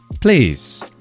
please